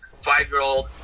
five-year-old